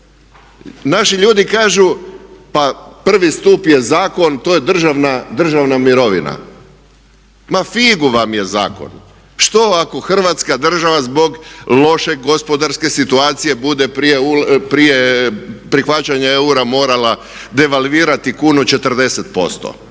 Naši ljudi kažu pa 1. stup je zakon, to je državna mirovina. Ma figu vam je zakon, što ako Hrvatska država zbog loše gospodarske situacije bude prije prihvaćanja eura morala devalvirati kunu 40%?